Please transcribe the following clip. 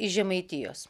iš žemaitijos